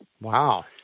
Wow